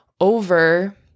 over